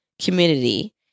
community